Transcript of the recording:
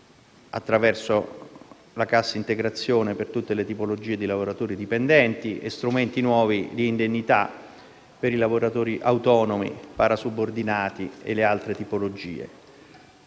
attraverso la cassa integrazione per tutte le tipologie di lavoratori dipendenti e strumenti nuovi come le indennità per i lavoratori autonomi parasubordinati e le altre tipologie.